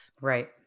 Right